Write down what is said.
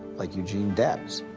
like eugene debs.